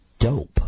dope